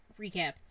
recap